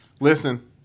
Listen